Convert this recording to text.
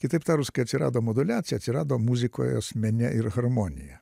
kitaip tarus kai atsirado moduliacija atsirado muzikoje mene ir harmonija